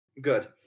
Good